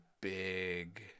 big